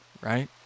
right